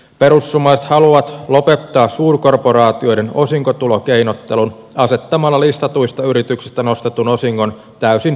perussuomalaiset haluavat lopettaa suurkorporaatioiden osinkotulokeinottelun asettamalla listatuista yrityksistä nostetun osingon täysin veronalaiseksi